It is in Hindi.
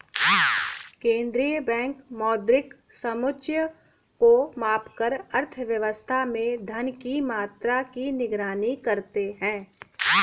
केंद्रीय बैंक मौद्रिक समुच्चय को मापकर अर्थव्यवस्था में धन की मात्रा की निगरानी करते हैं